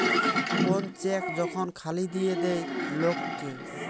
কোন চেক যখন খালি দিয়ে দেয় লোক কে